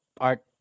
art